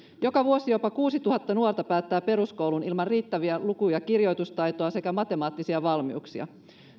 joka vuosi jopa kuusituhatta nuorta päättää peruskoulun ilman riittäviä luku ja kirjoitustaitoa sekä matemaattisia valmiuksia